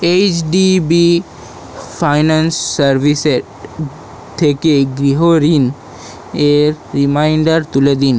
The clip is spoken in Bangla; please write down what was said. এইচডিবি ফাইন্যান্স সার্ভিসের থেকে গৃহ ঋণের রিমাইন্ডার তুলে দিন